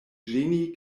ĝeni